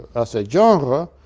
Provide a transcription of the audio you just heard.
as a genre,